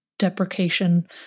deprecation